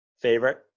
favorite